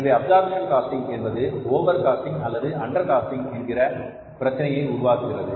எனவே absorption casting என்பது over casting அல்லது அண்டர் காஸ்டிங் என்கிற பிரச்சனையை உருவாக்குகிறது